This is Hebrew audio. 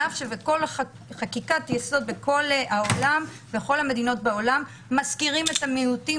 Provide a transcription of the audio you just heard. על אף שבחקיקת יסוד בכל המדינות בעולם מזכירים את המיעוטים